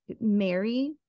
Mary